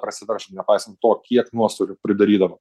prasiverš nepaisant to kiek nuostolių pridarydavo